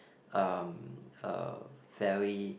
um a very